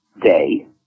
day